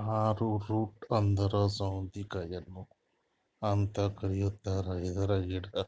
ಆರೊ root ಅಂದ್ರ ಸೌತಿಕಾಯಿನು ಅಂತ್ ಕರಿತಾರ್ ಇದ್ರ್ ಗಿಡ